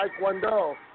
Taekwondo